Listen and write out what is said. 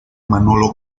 manolo